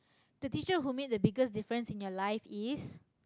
the teacher who made the biggest difference in your life is